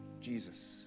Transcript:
Jesus